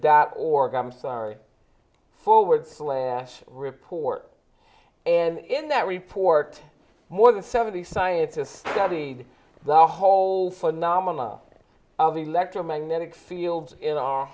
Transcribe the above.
that org i'm sorry forward slash report and in that report more than seventy scientists studied the whole phenomena of electromagnetic fields in our